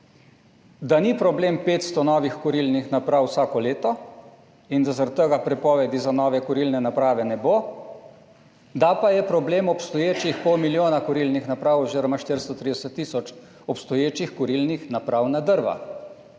da ni problem 500 novih kurilnih naprav vsako leto in da zaradi tega prepovedi za nove kurilne naprave ne bo, da pa je problem obstoječih pol milijona kurilnih naprav oziroma 430 tisoč obstoječih kurilnih naprav na drva,